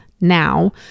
now